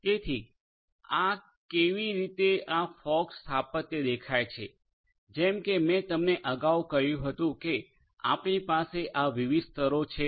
તેથી આ કેવી રીતે આ ફોગ સ્થાપત્ય દેખાય છે જેમ કે મેં તમને અગાઉ કહ્યું હતું કે આપણી પાસે આ વિવિધ સ્તરો છે